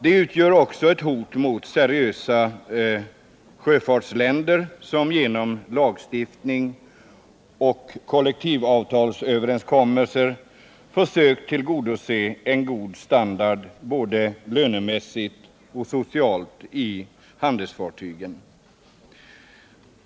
Den utgör också ett hot mot seriösa sjöfartsländer som genom lagstiftning och kollektivavtalsöverenskommelser försökt tillgodose en god standard både lönemässigt och socialt i handelsfartygen.